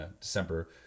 December